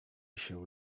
się